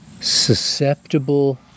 susceptible